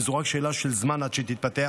וזו רק שאלה של זמן עד שהיא תתפתח.